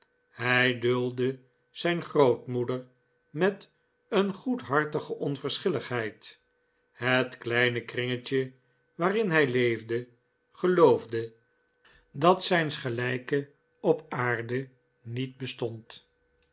hij duldde zijn grootmoeder met een goedhartige onverschilligheid het kleine kringetje waarin hij leefde geloofde dat zijns gelijke op aarde niet bestond